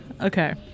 Okay